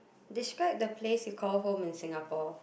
describe the place you call home in Singapore